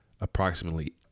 approximately